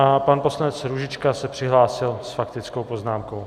A pan poslanec Růžička se přihlásil s faktickou poznámkou.